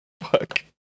Fuck